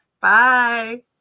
Bye